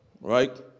Right